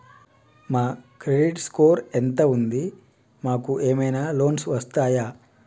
మా credit score ఎంత ఉంది? మాకు ఏమైనా లోన్స్ వస్తయా?